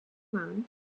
land